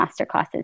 masterclasses